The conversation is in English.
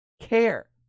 care